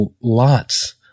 lots